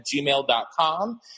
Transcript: gmail.com